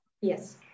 Yes